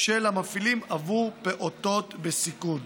של המפעילים עבור פעוטות בסיכון.